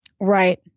Right